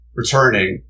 returning